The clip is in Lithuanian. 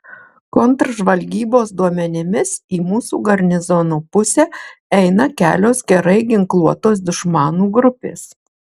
kontržvalgybos duomenimis į mūsų garnizono pusę eina kelios gerai ginkluotos dušmanų grupės